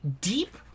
deep